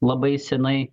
labai senai